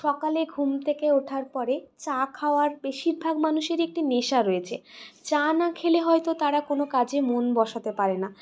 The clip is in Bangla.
সকালে ঘুম থেকে ওঠার পরে চা খাওয়ার বেশিরভাগ মানুষেরই একটি নেশা রয়েছে চা না খেলে হয়ত তারা কোনও কাজে মন বসাতে পারে না